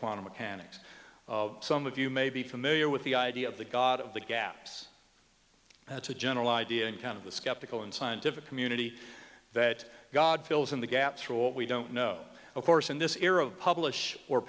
quantum mechanics of some of you may be familiar with the idea of the god of the gaps that's a general idea in kind of the skeptical and scientific community that god fills in the gaps or what we don't know of course in this era of publish or